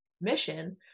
mission